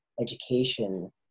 education